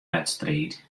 wedstriid